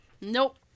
Nope